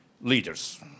leaders